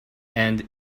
and